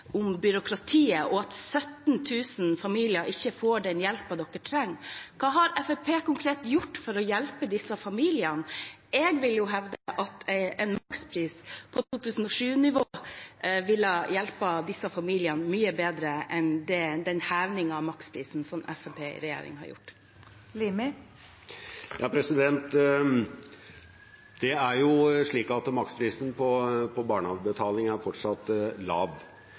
om byråkratiet og at 17 000 familier ikke får den hjelpen de trenger. Hva har Fremskrittspartiet konkret gjort for å hjelpe disse familiene? Jeg vil hevde at en makspris på 2007-nivå ville hjelpe disse familiene mye bedre enn den hevingen av maksprisen som Fremskrittspartiet i regjering har gjort. Det er slik at maksprisen på barnehagebetaling fortsatt er lav. Vi har høy dekning på barnehageplasser. Selv om dette er